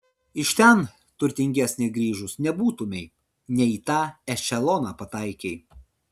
iš ten turtingesnė grįžus nebūtumei ne į tą ešeloną pataikei